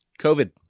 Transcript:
COVID